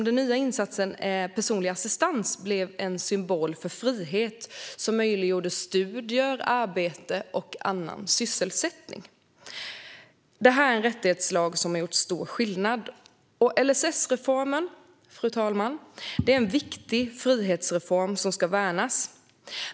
Den nya insatsen personlig assistans blev en symbol för frihet som möjliggjorde studier, arbete och annan sysselsättning. Det här är en rättighetslag som har gjort stor skillnad. Fru talman! LSS-reformen är en viktig frihetsreform som ska värnas.